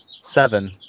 Seven